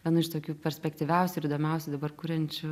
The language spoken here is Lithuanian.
vienu iš tokių perspektyviausių ir įdomiausių dabar kuriančių